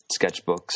sketchbooks